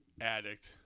addict